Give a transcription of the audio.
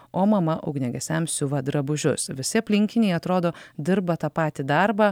o mama ugniagesiams siuva drabužius visi aplinkiniai atrodo dirba tą patį darbą